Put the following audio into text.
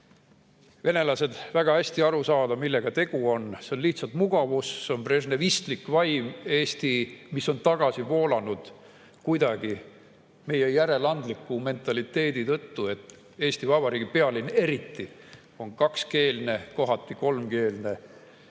venelased väga hästi aru saada, millega tegu on, see on lihtsalt mugavus, see on brežnevistlik vaim, mis on tagasi voolanud kuidagi meie järeleandliku mentaliteedi tõttu, et Eesti Vabariigi pealinn eriti on kakskeelne, kohati kolmkeelne.